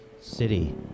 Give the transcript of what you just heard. city